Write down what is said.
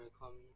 welcome